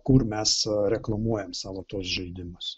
kur mes reklamuojam savo tuos žaidimus